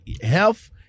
health